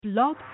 Blog